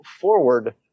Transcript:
forward